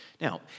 Now